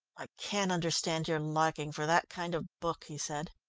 i can't understand your liking for that kind of book, he said.